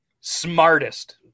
Smartest